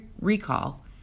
recall